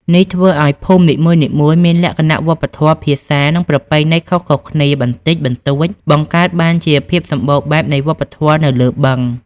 នេះធ្វើឱ្យភូមិនីមួយៗមានលក្ខណៈវប្បធម៌ ភាសា និងប្រពៃណីខុសៗគ្នាបន្តិចបន្តួច បង្កើតបានជាភាពសម្បូរបែបនៃវប្បធម៌នៅលើបឹង។